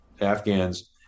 Afghans